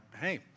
hey